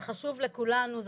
זה חשוב לכולנו,